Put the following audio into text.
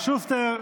שוסטר.